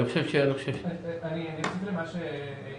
זה